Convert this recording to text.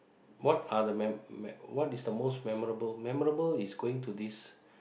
what are the man man what is the most memorable memorable is going to this